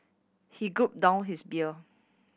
he gulped down his beer